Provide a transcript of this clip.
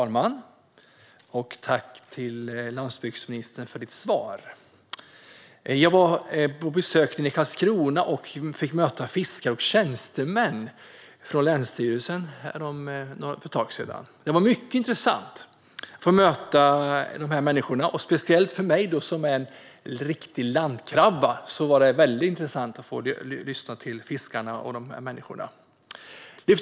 Herr talman! Tack, landsbygdsministern, för svaret! Jag var för ett tag sedan på besök nere i Karlskrona och fick då möta fiskare och tjänstemän från länsstyrelsen. Det var mycket intressant att få möta dessa människor. Speciellt för mig, som är en riktig landkrabba, var det väldigt intressant att få lyssna till fiskarna och de andra människorna där.